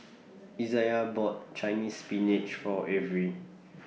Isaiah bought Chinese Spinach For Avery